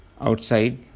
outside